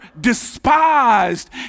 despised